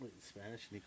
Spanish